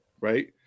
right